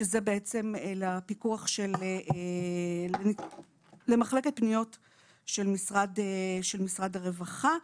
שזה בעצם הפיקוח למחלקת פניות של משרד הרווחה.